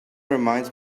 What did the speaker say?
reminds